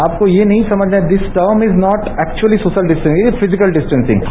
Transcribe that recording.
आपको ये नहीं समझना है this term is not actually social distancing ये फिजिकल डिस्टॅसिंग है